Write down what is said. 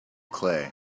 clay